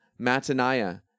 Mataniah